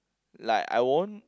like I won't